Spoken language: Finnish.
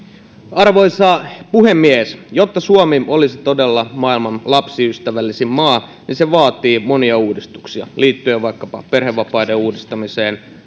arvoisa puhemies jotta suomi olisi todella maailman lapsiystävällisin maa niin se vaatii monia uudistuksia liittyen vaikkapa perhevapaiden uudistamiseen